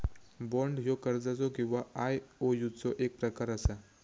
bond ह्यो कर्जाचो किंवा आयओयूचो एक प्रकार असा